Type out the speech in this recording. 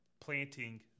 planting